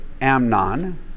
Amnon